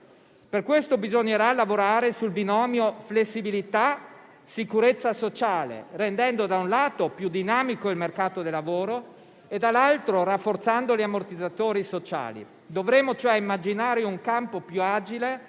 Per questo bisognerà lavorare sul binomio flessibilità-sicurezza sociale, rendendo, da un lato, più dinamico il mercato del lavoro e, dall'altro, rafforzando gli ammortizzatori sociali. Dovremo cioè immaginare un campo più agile